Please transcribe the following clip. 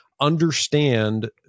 understand